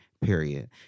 period